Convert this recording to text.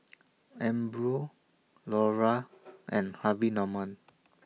Umbro Lora and Harvey Norman